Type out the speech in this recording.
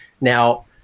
Now